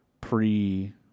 pre